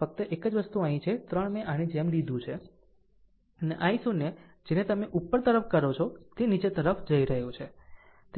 ફક્ત એક જ વસ્તુ અહીં છે 3 મેં આની જેમ લીધું છે અને i0 જેને તમે ઉપર તરફ કરો છો તે નીચે તરફ જઇ રહ્યો છે